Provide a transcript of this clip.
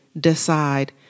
decide